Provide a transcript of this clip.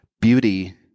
Beauty